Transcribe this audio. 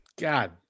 God